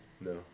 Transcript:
no